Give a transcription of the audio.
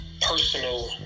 personal